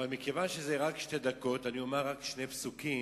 אבל מכיוון שזה רק שתי דקות אני אומר רק שני פסוקים,